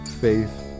faith